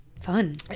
Fun